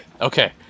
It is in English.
Okay